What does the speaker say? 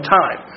time